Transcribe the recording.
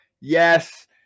Yes